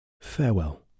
Farewell